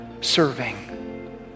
serving